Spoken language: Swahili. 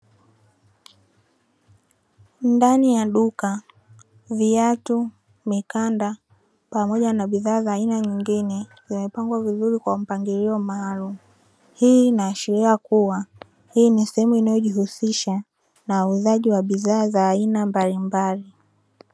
Ndani ya duka viatu mikanda pamoja na bidhaa za aina nyingine vimepangwa vizuri kwa mpangilio maalumu, hii inaashiria kuwa hii ni sehemu inayojihusisha na uuzaji wa bidhaa za aina mbalimbali.